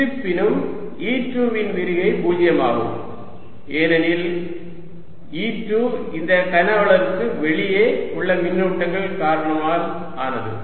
இருப்பினும் E2 இன் விரிகை பூஜ்ஜியமாகும் ஏனெனில் E2 இந்த கன அளவுக்கு வெளியே உள்ள மின்னூட்டங்கள் காரணமால் ஆனது